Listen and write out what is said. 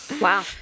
Wow